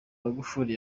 magufuri